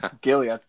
Gilly